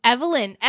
Evelyn